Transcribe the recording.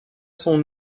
son